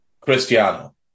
Cristiano